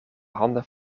handen